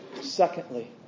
Secondly